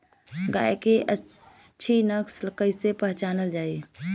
गाय के अच्छी नस्ल कइसे पहचानल जाला?